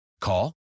Call